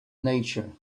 nature